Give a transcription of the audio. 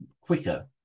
quicker